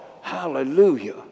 hallelujah